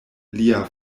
lia